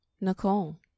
Nicole